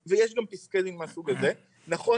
ויש גם פסקי דין מהסוג הזה: נכון,